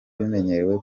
bimenyerewe